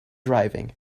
driving